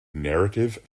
narrative